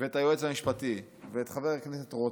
ואת היועץ המשפטי ואת חבר הכנסת רוטמן,